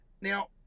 Now